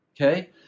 okay